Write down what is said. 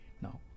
Now